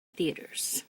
theatres